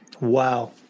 wow